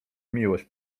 miłość